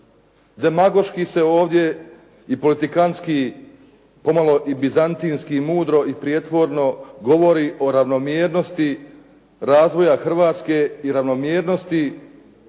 Demagoški se ovdje i politikantski pomalo i bizantinski, mudro i prijetvorno govori o ravnomjernosti razvoja Hrvatske i ravnomjernosti